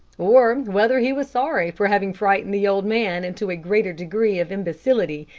or whether he was sorry for having frightened the old man into a greater degree of imbecility,